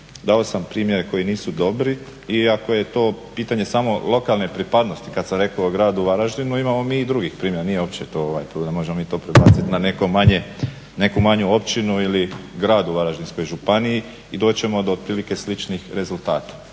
Dao sam primjere koji nisu dobri iako je to pitanje samo lokalne pripadnosti kada sam rekao o gradu Varaždinu. Imamo mi i drugih primjera nije uopće to problem, možemo prebaciti to na neku manju općinu ili grad u Varaždinskoj županiji i doći ćemo otprilike do sličnih rezultata.